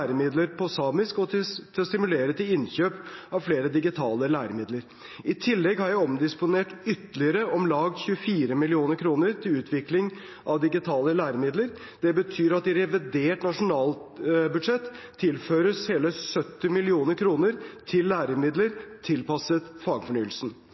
på samisk og til å stimulere til innkjøp av flere digitale læremidler. I tillegg har jeg omdisponert ytterligere om lag 24 mill. kr til utvikling av digitale læremidler. Det betyr at det i revidert nasjonalbudsjett tilføres hele 70 mill. kr til